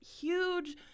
huge